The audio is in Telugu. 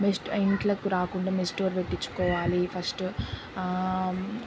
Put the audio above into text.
బెస్ట్ అవి ఇంట్లోకి రాకుండా మెష్ డోర్ పెట్టించుకోవాలి ఫస్ట్